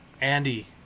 Andy